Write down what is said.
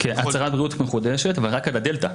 הצהרת בריאות מחודשת, אבל רק על הדלתא.